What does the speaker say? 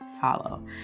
Follow